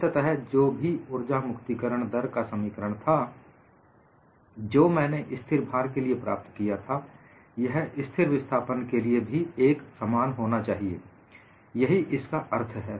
अंततः जो भी ऊर्जा मुक्ति करण दर का समीकरण था जो मैंने स्थिर भार के लिए प्राप्त किया था यह स्थिर विस्थापन के लिए भी एक समान होना चाहिए यही इसका अर्थ है